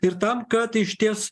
ir tam kad išties